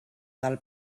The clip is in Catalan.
del